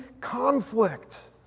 conflict